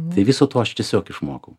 tai viso to aš tiesiog išmokau